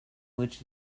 which